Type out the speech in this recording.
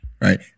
Right